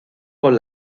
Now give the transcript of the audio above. con